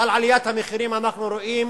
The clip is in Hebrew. אבל עליית מחירים אנחנו רואים